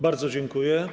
Bardzo dziękuję.